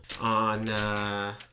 on